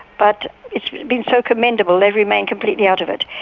but it's been so commendable they've remained completely out of it.